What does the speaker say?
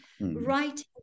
writing